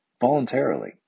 voluntarily